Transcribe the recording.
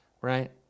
right